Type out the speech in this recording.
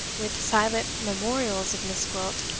with silent memorials of miss gwilt.